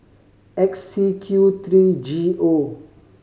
X C Q three G O